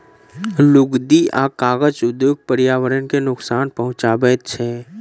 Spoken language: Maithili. लुगदी आ कागज उद्योग पर्यावरण के नोकसान पहुँचाबैत छै